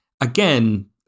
again